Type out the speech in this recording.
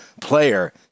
player